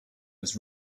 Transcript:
was